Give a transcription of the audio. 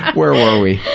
where were we?